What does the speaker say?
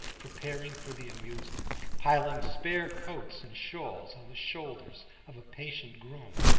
preparing for the amusement, piling spare coats and shawls on the shoulders of a patient groom,